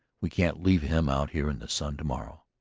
we can't leave him out here in the sun to-morrow.